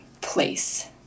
place